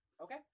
Okay